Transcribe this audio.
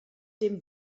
dem